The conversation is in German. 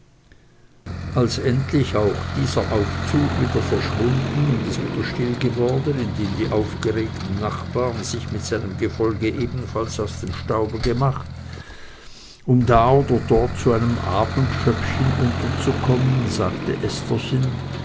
als endlich auch dieser aufzug wieder verschwunden und es wieder still geworden indem die aufgeregten nachbaren sich mit seinem gefolge ebenfalls aus dem staube gemacht um da oder dort zu einem abendschöppchen unterzukommen sagte estherchen